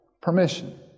permission